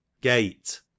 Gate